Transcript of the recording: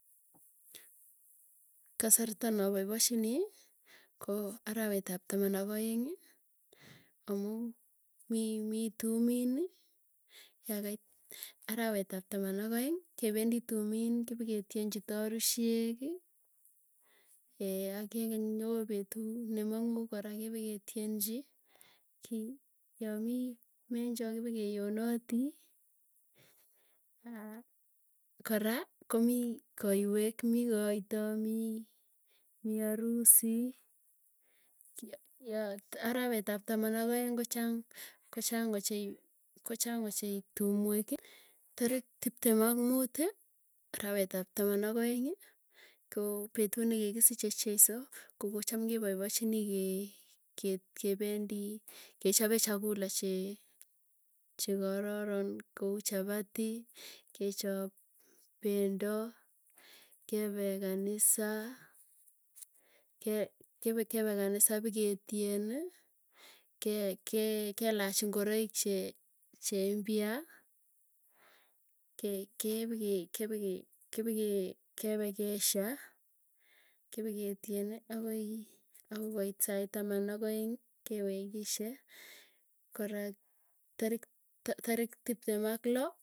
Kasarta napapaichinii, koo arawet ap taman ak aeng. Amuu mi mii tumiin yakait, arawet ap taman ak aeng kependi tumin, kipiketienchi tarusieki. akekany yawa petuu, nemang'uu kora kepeketienchi. Yaamii menjo kepekeyonoti, aah kora komii koiwek. Mi koito mii, mii arusi arawet ap taman ak aeng kochang, kochang ochei. Kochang ochei tumweki, tarik tiptem ak muuti arawetaap taman ak aeng. Ko petut nikisiche cheiso ko kocham kepaipachinii kee kee, kependi kechope chakula che chekororon kou chapati, kechop, pendo kepe kanisa. Ke kepekepe kanisa pikeetieni kekee kelach ingoroik che cheimpya, ke kepeke kepeke kepeke kepe kesha, kepeketieni akoi, akoi koit sait taman ak aeng kewekishe, kora tarik ta tarik tiptem ak loo.